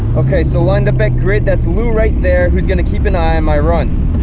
okay, so line the back grid that's lou right there, who's gonna keep an eye on my runs